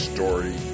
Story